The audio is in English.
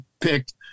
picked